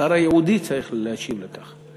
השר הייעודי צריך להשיב על כך.